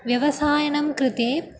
व्यवसायनं कृते